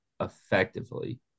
effectively